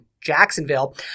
Jacksonville